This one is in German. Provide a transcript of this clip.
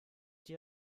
die